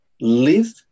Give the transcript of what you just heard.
live